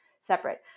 separate